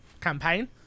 campaign